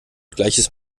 gleiches